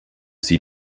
sie